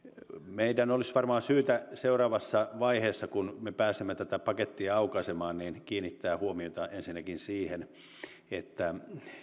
meidän olisi varmaan syytä seuraavassa vaiheessa kun me pääsemme tätä pakettia aukaisemaan kiinnittää huomiota ensinnäkin siihen että